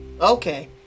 Okay